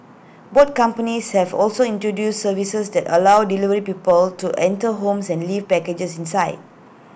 both companies have also introduced services that allow delivery people to enter homes and leave packages inside